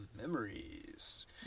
Memories